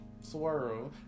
swirl